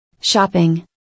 Shopping